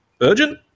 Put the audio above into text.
urgent